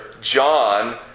John